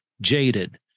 jaded